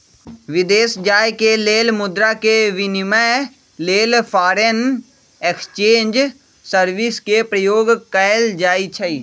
विदेश जाय के लेल मुद्रा के विनिमय लेल फॉरेन एक्सचेंज सर्विस के प्रयोग कएल जाइ छइ